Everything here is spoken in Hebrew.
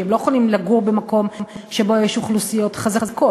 כי הם לא יכולים לגור במקום שבו יש אוכלוסיות חזקות.